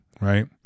right